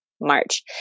March